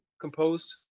composed